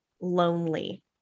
lonely